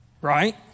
Right